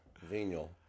Venial